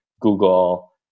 Google